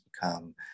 become